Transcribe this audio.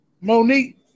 Monique